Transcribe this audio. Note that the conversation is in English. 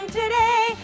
today